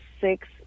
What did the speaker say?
six